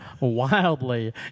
wildly